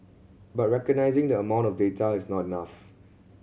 but recognising the amount of data is not enough